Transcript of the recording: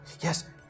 Yes